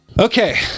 Okay